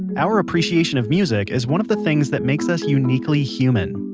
our appreciation of music is one of the things that makes us uniquely human,